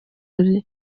ari